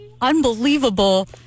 unbelievable